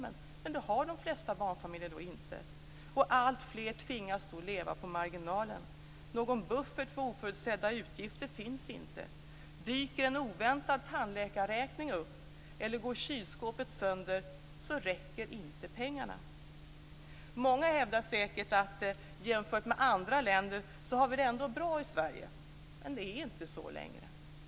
Men så stor köpkraft har inte de flesta barnfamiljer. Alltfler tvingas leva på marginalen. Någon buffert för oförutsedda utgifter finns inte. Dyker en oväntad tandläkarräkning upp eller går kylskåpet sönder räcker inte pengarna. Många hävdar säkert att jämfört med andra har vi det ändå bra i Sverige. Men det är inte så längre.